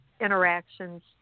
interactions